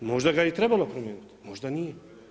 Možda ga je i trebalo promijeniti, možda nije.